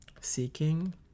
Seeking